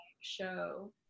show